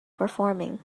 performing